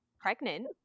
pregnant